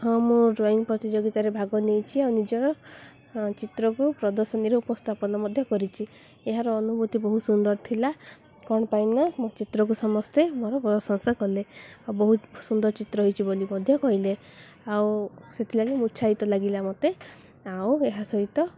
ହଁ ମୁଁ ଡ୍ରଇଂ ପ୍ରତିଯୋଗିତାରେ ଭାଗ ନେଇଛି ଆଉ ନିଜର ଚିତ୍ରକୁ ପ୍ରଦର୍ଶନୀର ଉପସ୍ଥାପନ ମଧ୍ୟ କରିଛି ଏହାର ଅନୁଭୂତି ବହୁତ ସୁନ୍ଦର ଥିଲା କ'ଣ ପାଇଁ ନା ମୋ ଚିତ୍ରକୁ ସମସ୍ତେ ମୋର ପ୍ରଶଂସା କଲେ ଆଉ ବହୁତ ସୁନ୍ଦର ଚିତ୍ର ହେଇଛି ବୋଲି ମଧ୍ୟ କହିଲେ ଆଉ ସେଥିଲାଗି ଉତ୍ସାହିତ ଲାଗିଲା ମତେ ଆଉ ଏହା ସହିତ